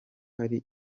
hari